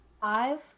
five